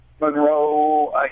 Monroe